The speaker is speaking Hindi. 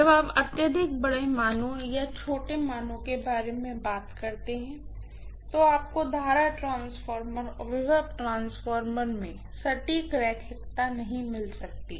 जब आप अत्यधिक बड़े मानों या अत्यंत छोटे मानों के बारे में बात करते हैं तो आपको करंट ट्रांसफार्मर और वोल्टेज ट्रांसफार्मर में सटीक रैखिकता नहीं मिल सकती है